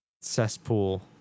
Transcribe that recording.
Cesspool